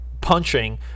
punching